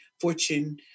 Fortune